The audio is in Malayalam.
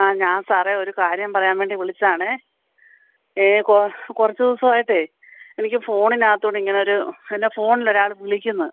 ആ ഞാൻ സാറേ ഒരു കാര്യം പറയാൻ വേണ്ടി വിളിച്ചതാണെ ഏ കുറച്ചു ദിവസം ആയിട്ടേ എനിക്ക് ഫോണിനകത്തുകൂടി ഇങ്ങനൊരു എൻ്റെ ഫോണിൽ ഒരാൾ വിളിക്കുന്നു